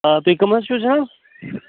آ تُہۍ کَم حظ چھِو جِناب